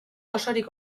osorik